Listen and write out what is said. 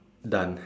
done